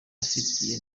afitiwe